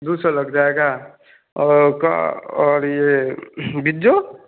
दो सौ लग जाएगा और का और यह बिज्जो